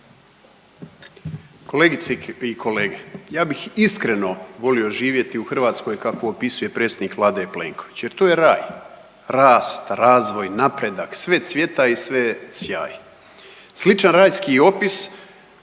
Kolegice i kolege. Ja bih iskreno volio živjeti u Hrvatskoj kakvu opisuje predsjednik vlade Plenković jer to je raj. Rast, razvoj, napredak, sve cvjeta i sve je sjaj. Sličan rajski opis